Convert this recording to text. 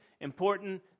important